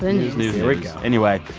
ah news news anyway,